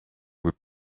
would